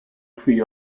decree